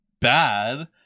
bad